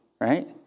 right